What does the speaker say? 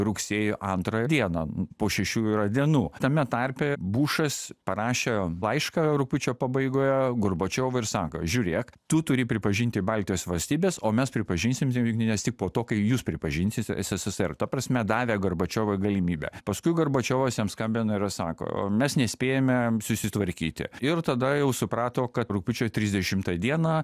rugsėjo antrą dieną po šešių yra dienų tame tarpe bušas parašė laišką rugpjūčio pabaigoje gorbačiovui ir sako žiūrėk tu turi pripažinti baltijos valstybes o mes pripažinsim jas tik po to kai jūs pripažinsit sssr ta prasme davė gorbačiovui galimybę paskui gorbačiovas jam skambina ir sako mes nespėjame susitvarkyti ir tada jau suprato kad rugpjūčio trisdešimtą dieną